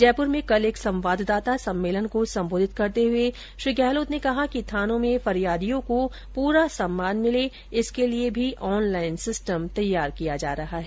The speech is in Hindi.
जयप्र में कल एक संवाददाता सम्मेलन को संबोधित करते हुए श्री गहलोत ने कहा कि थानों में फरियादियों को पूरा सम्मान मिले इसके लिए भी ऑनलाइन सिस्टम तैयार किया जा रहा है